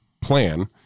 plan